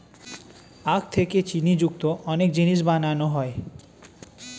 আখ থেকে চিনি যুক্ত অনেক জিনিস বানানো হয়